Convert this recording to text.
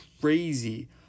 crazy